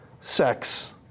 sex